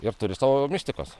ir turi savo mistikos